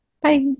Bye